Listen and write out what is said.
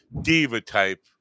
diva-type